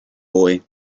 boy